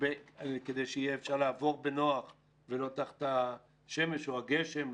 כדי שיהיה אפשר לעבור בנוח ולא תחת השמש או הגשם,